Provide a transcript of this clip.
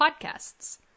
podcasts